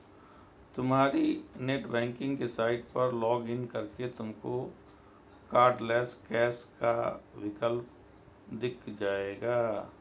तुम्हारी नेटबैंकिंग की साइट पर लॉग इन करके तुमको कार्डलैस कैश का विकल्प दिख जाएगा